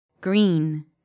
Green